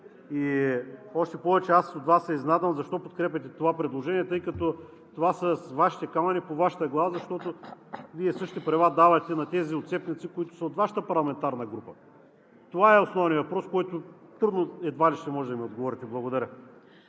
И още повече аз се изненадвам от Вас – защо подкрепяте това предложение, тъй като това е: с Вашите камъни по Вашата глава, защото Вие същите права давате на тези отцепници, които са от Вашата парламентарна група. Това е основният въпрос, на който трудно – едва ли ще може да ми отговорите. Благодаря.